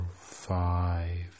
Five